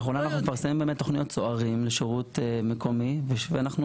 אנחנו מפרסמים באמת תכניות צוערים לשירות מקומי ואנחנו